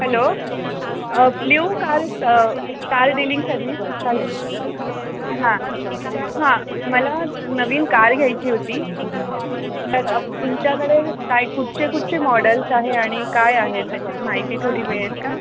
hello blue car car dealing service चालेल ना हां हां मला नवीन कार घ्यायची होती तर तुमच्याकडे काय कुठचे कुठचे मॉडल्स आहे आणि काय आहे त्याची माहिती थोडी मिळेल का